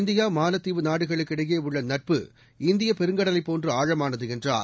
India மாலத்தீவு நாடுகளுக்கிடையேஉள்ளநட்பு இந்தியப் பெருங்கடலைப் போன்றுஆழமானதுஎன்றார்